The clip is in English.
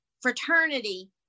fraternity